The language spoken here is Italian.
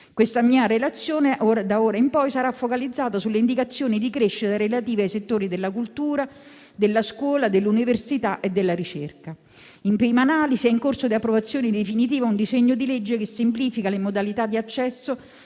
Questa mia relazione, d'ora in poi, sarà focalizzata sulle indicazioni di crescita relative ai settori della cultura, della scuola, dell'università e della ricerca. In prima analisi, è in corso di approvazione definitiva un disegno di legge che semplifica le modalità di accesso